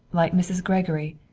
like mrs. gregory,